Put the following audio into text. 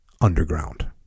underground